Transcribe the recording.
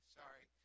sorry